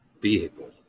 vehicle